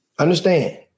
Understand